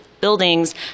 buildings